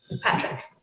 Patrick